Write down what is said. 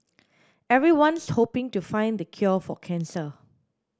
everyone's hoping to find the cure for cancer